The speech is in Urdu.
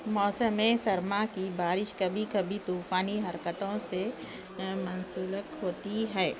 موسم سرما کی بارش کبھی کبھی طوفانی حرکتوں سے منسلک ہوتی ہے